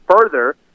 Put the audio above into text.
further